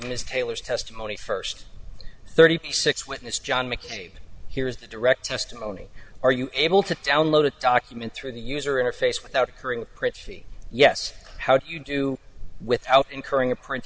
miss taylor's testimony first thirty six witness john mccain here's the direct testimony are you able to download a document through the user interface without incurring a pretty yes how do you do without incurring a print